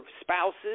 spouses